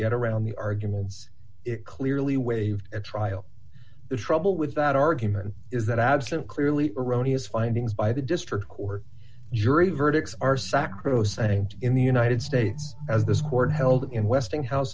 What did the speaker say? get around the arguments it clearly waived at trial the trouble with that argument is that absent clearly erroneous findings by the district court jury verdicts are sacrosanct in the united states as this court held in westinghouse